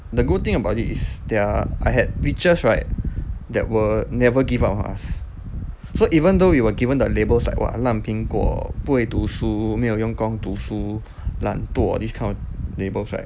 the good thing about it is there are I had teachers right that will never give up on us so even though we were given the labels like !wah! 烂苹果不会读书没有用功读书懒惰 this kind of labels right